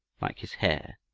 like his hair.